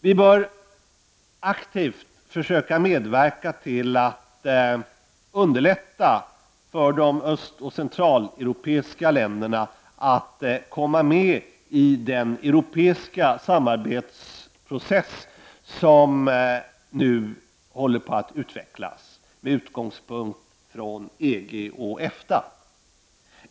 Vi bör aktivt försöka medverka till att underlätta för de östoch centraleuropeiska länderna att komma med i den europeiska samarbetsprocess som nu håller på att utvecklas med utgångspunkt i EG och EFTA.